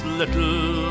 little